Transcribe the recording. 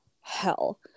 hell